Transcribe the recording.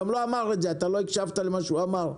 לא הקשבת למה שהוא אמר.